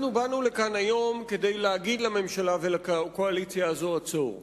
אנחנו באנו לכאן היום כדי להגיד לממשלה ולקואליציה הזאת "עצור".